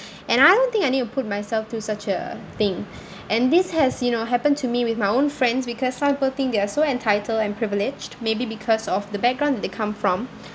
and I don't think I need to put myself to such a thing and this has you know happened to me with my own friends because some people think they are so entitled and privileged maybe because of the background that they come from